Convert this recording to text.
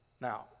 Now